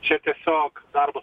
čia tiesiog darbas